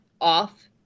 off